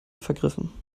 vergriffen